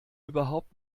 überhaupt